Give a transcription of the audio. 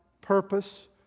purpose